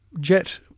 Jet